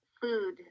food